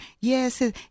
Yes